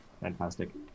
Fantastic